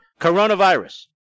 coronavirus